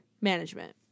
management